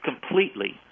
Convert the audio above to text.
completely